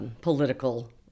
political